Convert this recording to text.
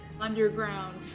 underground